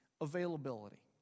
availability